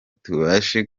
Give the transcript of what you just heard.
tubashe